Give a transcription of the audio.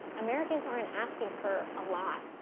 americans aren't asking for a lot.